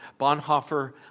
Bonhoeffer